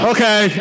Okay